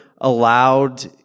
allowed